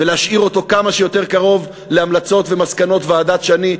ולהשאיר אותו כמה שיותר קרוב להמלצות ומסקנות ועדת שני,